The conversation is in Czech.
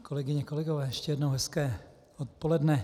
Kolegyně, kolegové, ještě jednou hezké odpoledne.